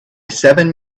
seven